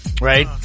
right